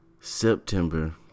September